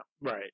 Right